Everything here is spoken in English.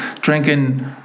drinking